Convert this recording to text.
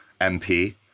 MP